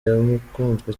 yakunzwe